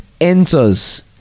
enters